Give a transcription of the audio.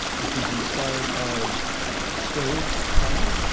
which is inspired by a stove dial